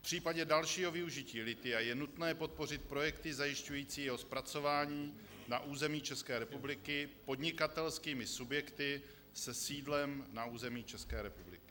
V případě dalšího využití lithia je nutné podpořit projekty zajišťující jeho zpracování na území České republiky podnikatelskými subjekty se sídlem na území České republiky.